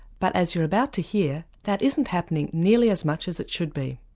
but as you're about to hear that isn't happening nearly as much as it should be.